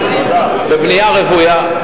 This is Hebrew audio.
בבנייה רוויה,